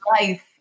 life